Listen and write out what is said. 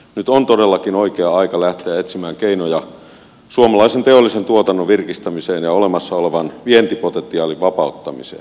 nyt on todellakin oikea aika lähteä etsimään keinoja suomalaisen teollisen tuotannon virkistämiseen ja olemassa olevan vientipotentiaalin vapauttamiseen